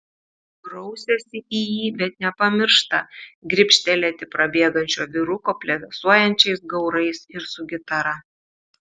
rausiasi į jį bet nepamiršta gribštelėti prabėgančio vyruko plevėsuojančiais gaurais ir su gitara